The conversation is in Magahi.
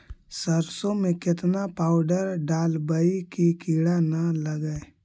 सरसों में केतना पाउडर डालबइ कि किड़ा न लगे?